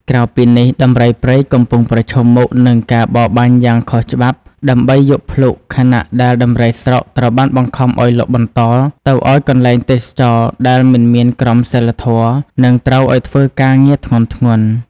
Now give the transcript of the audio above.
ក្រៅពីនេះ ដំរីព្រៃកំពុងប្រឈមមុខនឹងការបរបាញ់យ៉ាងខុសច្បាប់ដើម្បីយកភ្លុក ខណៈដែលដំរីស្រុកត្រូវបានបង្ខំឱ្យលក់បន្តទៅឱ្យកន្លែងទេសចរណ៍ដែលមិនមានក្រមសីលធម៌ និងត្រូវឲ្យធ្វើការងារធ្ងន់ៗ។